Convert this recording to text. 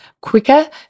quicker